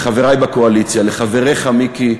לחברי בקואליציה, לחבריך, מיקי,